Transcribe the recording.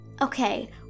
Okay